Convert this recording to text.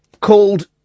called